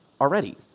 already